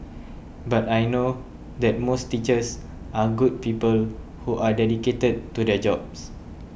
but I know that most teachers are good people who are dedicated to their jobs